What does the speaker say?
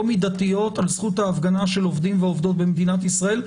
מדתיות על זכות ההפגנה של עובדים ועובדות במדינת ישראל,